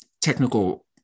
technical